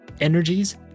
energies